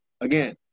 Again